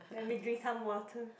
let me drink some water